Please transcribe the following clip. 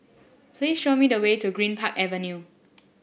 please show me the way to Greenpark Avenue